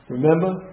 Remember